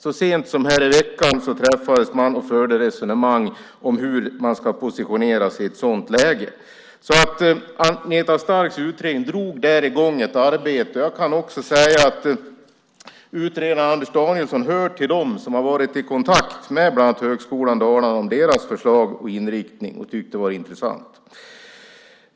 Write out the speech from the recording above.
Så sent som häromveckan träffades man och förde ett resonemang om hur man ska positionera sig i ett sådant läge. Agneta Starks utredning drog där i gång ett arbete. Jag kan också säga att utredaren Anders Danielsson hör till dem som har varit i kontakt med bland annat Högskolan Dalarna om deras förslag och inriktning och tyckt att det har varit intressant.